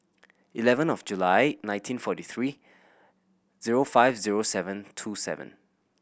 eleven of July nineteen forty three zero five zero seven two seven